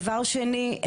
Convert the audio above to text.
דבר שני,